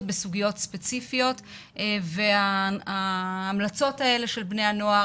בסוגיות ספציפיות וההמלצות האלה של בני הנוער,